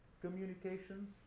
communications